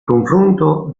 confronto